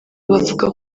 bavuga